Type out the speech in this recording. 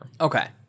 okay